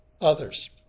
others